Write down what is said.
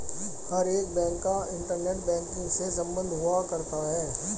हर एक बैंक का internet banking से सम्बन्ध हुआ करता है